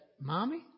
Mommy